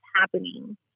happening